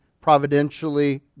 providentially